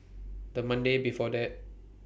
The Monday before that